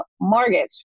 mortgage